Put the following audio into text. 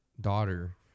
daughter